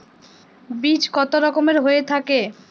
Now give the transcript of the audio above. বীজ কত রকমের হয়ে থাকে?